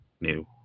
new